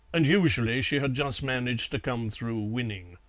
and usually she had just managed to come through winning.